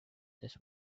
this